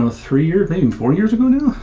ah three years? maybe four years ago now?